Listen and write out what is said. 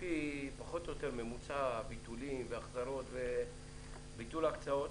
לפי ממוצע ביטולים והחזרות וביטול הקצאות,